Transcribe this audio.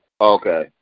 Okay